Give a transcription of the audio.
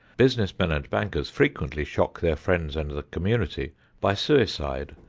business men and bankers frequently shock their friends and the community by suicide,